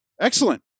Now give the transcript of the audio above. Excellent